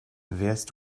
wärst